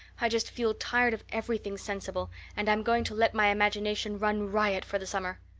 i just feel tired of everything sensible and i'm going to let my imagination run riot for the summer.